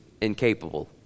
incapable